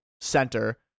center